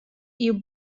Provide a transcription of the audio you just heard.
you